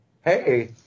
Hey